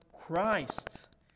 Christ